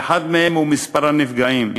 ואחד מהם הוא מספר הנפגעים,